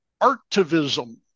artivism